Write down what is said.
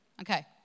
Okay